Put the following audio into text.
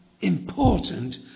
important